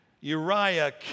Uriah